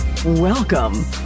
Welcome